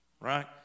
Right